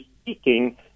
speaking